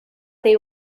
they